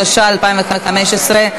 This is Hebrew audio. התשע"ה 2015,